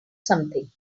something